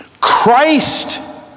Christ